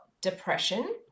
depression